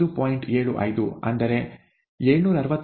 75 ಅಂದರೆ 761